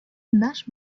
наш